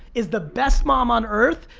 is the best mom on earth,